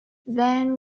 then